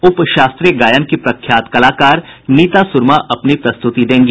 उप शास्त्रीय गायन की प्रख्यात कलाकार नीता सूरमा अपनी पस्तुति देंगी